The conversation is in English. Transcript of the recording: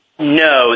No